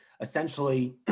essentially